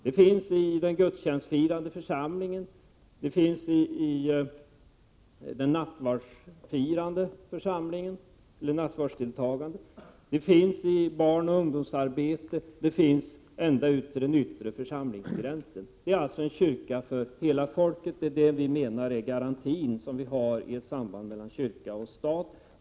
Det finns i den gudstjänstfirande församlingen, i den nattvardsdeltagande församlingen, i barnoch ungdomsarbetet och ända ut till den yttre församlingsgränsen. Det är alltså en kyrka för hela folket, och det är garantin i ett samband mellan kyrka och stat.